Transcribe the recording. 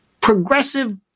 progressive